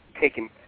taking